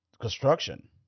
Construction